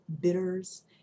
bitters